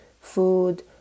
food